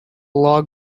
log